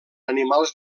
animals